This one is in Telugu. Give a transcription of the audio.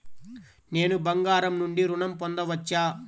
నేను బంగారం నుండి ఋణం పొందవచ్చా?